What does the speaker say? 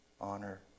honor